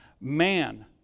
man